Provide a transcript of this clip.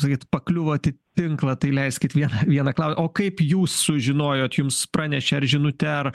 sakyt pakliuvot į tinklą tai leiskit vieną vieną klau o kaip jūs sužinojot jums pranešė ar žinute ar